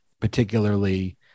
particularly